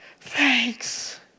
thanks